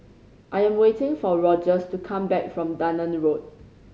I am waiting for Rogers to come back from Dunearn Road